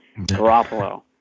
Garoppolo